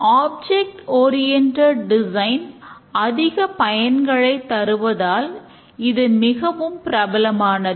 object oriental design அதிக பயன்களைத் தருவதால் இது மிகவும் பிரபலமானது